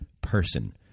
person